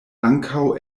ankaŭ